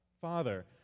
Father